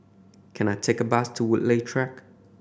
can I take a bus to Woodleigh Track